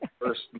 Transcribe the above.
first